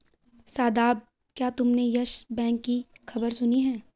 शादाब, क्या तुमने Yes Bank की खबर सुनी है?